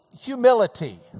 humility